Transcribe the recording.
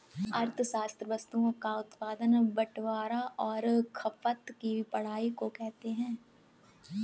अर्थशास्त्र वस्तुओं का उत्पादन बटवारां और खपत की पढ़ाई को कहते हैं